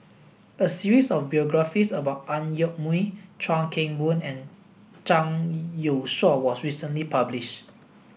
a series of biographies about Ang Yoke Mooi Chuan Keng Boon and Zhang Youshuo was recently published